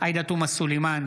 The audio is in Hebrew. עאידה תומא סלימאן,